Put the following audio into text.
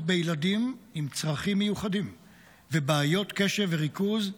בילדים עם צרכים מיוחדים ובעיות קשב וריכוז.